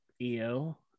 EO